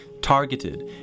targeted